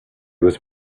was